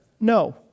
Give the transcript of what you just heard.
No